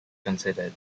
considered